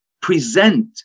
present